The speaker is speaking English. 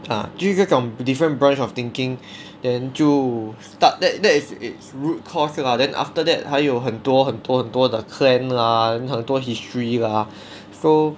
ah 就是这种 different branch of thinking then 就 start that that is its root because lah then after that 还有很多很多很多的 clan lah then 很多 history lah so